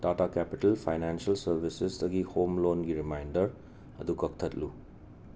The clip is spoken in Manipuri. ꯇꯥꯇꯥ ꯀꯦꯄꯤꯇꯦꯜ ꯐꯥꯏꯅꯥꯟꯁ꯭ꯌꯦꯜ ꯁꯔꯕꯤꯁꯦꯁꯇꯒꯤ ꯍꯣꯝ ꯂꯣꯟꯒꯤ ꯔꯤꯃꯥꯏꯟꯗꯔ ꯑꯗꯨ ꯀꯛꯊꯠꯂꯨ